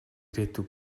ирээдүй